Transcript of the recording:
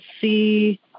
see